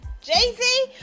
Jay-Z